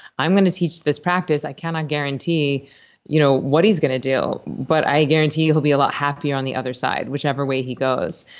i'm going to teach this practice. i cannot guarantee you know what he's going to do, but i guarantee you he'll be a lot happier on the other side, whichever way he goes.